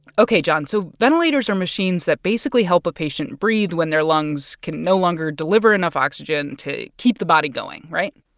ok, jon, so ventilators are machines that basically help a patient breathe when their lungs can longer deliver enough oxygen to keep the body going, right?